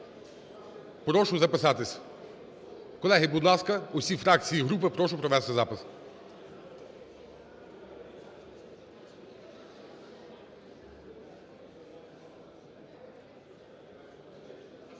Прошу записатись. Колеги, будь ласка, усі фракції і групи прошу провести запис.